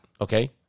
okay